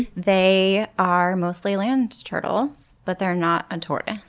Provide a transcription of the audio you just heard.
they are mostly land turtles, but they are not a tortoise.